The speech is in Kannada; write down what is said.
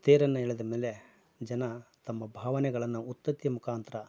ತೇರನ್ನ ಎಳೆದ ಮೇಲೆ ಜನ ತಮ್ಮ ಭಾವನೆಗಳನ್ನ ಉತ್ತುತ್ತಿಯ ಮುಖಾಂತರ